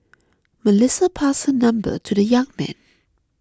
Melissa passed her number to the young man